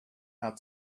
how